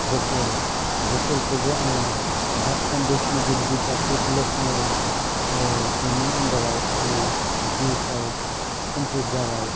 vocal भकेलखौबो आङो भादखान्दि संघित भिधाफिथ लोकनौ बिनि आन्दाराव आङो बिसारत कमफ्लिट जाबाय